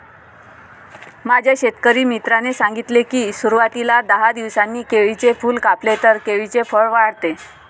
माझ्या शेतकरी मित्राने सांगितले की, सुरवातीला दहा दिवसांनी केळीचे फूल कापले तर केळीचे फळ वाढते